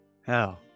Hell